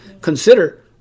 consider